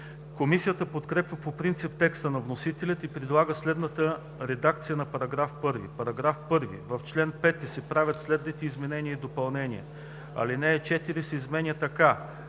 Комисията подкрепя по принцип текста на вносителя и предлага следната редакция на § 1: „§ 1. В чл. 5 се правят следните изменения и допълнения: 1. Алинея 4 се изменя така: